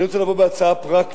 אני רוצה לבוא בהצעה פרקטית,